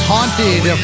Haunted